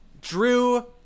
Drew